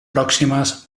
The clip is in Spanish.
próximas